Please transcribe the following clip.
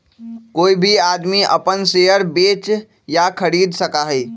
कोई भी आदमी अपन शेयर बेच या खरीद सका हई